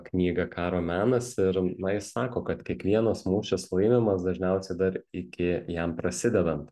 knygą karo menas ir na jis sako kad kiekvienas mūšis laimimas dažniausiai dar iki jam prasidedant